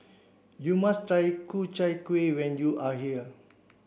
you must try Ku Chai Kuih when you are here